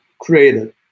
created